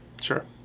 Sure